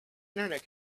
internet